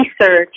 research